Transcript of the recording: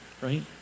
right